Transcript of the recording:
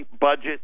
budget